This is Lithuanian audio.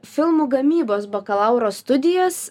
filmų gamybos bakalauro studijas